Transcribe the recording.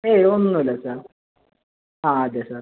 ഏയ് ഒന്നുമില്ല സർ ആ അതെ സർ